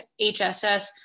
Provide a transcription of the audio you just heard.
HSS